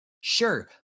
Sure